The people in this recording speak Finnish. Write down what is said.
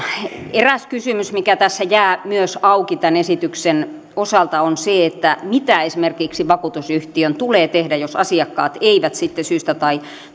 eräs kysymys mikä tässä jää myös auki tämän esityksen osalta on se mitä esimerkiksi vakuutusyhtiön tulee tehdä jos asiakkaat eivät sitten syystä tai